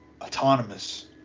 autonomous